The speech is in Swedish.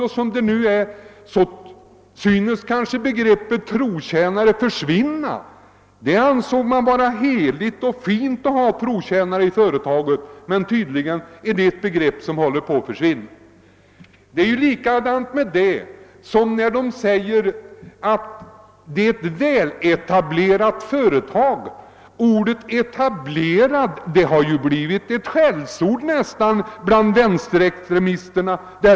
Trotjänare ansågs vara något heligt, och det var fint att ha trotjänare i ett företag. Nu håller tydligen det begreppet på att försvinna. Likadant är det med begreppet väletablerade företag. Ordet etablerad har nästan blivit ett skällsord bland vänsterextremisterna.